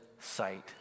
sight